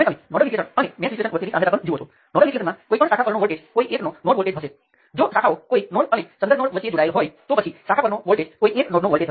તેથી જ નોડલ વિશ્લેષણને પણ પ્રાધાન્ય આપવામાં આવે છે પરંતુ મુખ્ય કારણ એ છે કે વ્યવસ્થિત રીતે તે નોડને ઓળખવું અને સમીકરણ લખવું ખૂબ સરળ છે